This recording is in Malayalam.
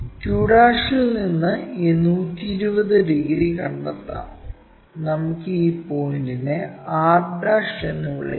qൽ നിന്ന് ഈ 120 ഡിഗ്രി കണ്ടെത്താം നമുക്ക് ഈ പോയിന്റിനെ r എന്ന് വിളിക്കാം